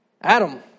Adam